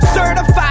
Certified